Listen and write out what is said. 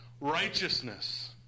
righteousness